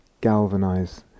galvanize